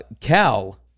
Cal